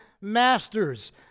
masters